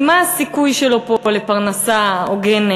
כי מה הסיכוי שלו פה לפרנסה הוגנת,